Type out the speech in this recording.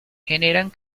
generan